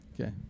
okay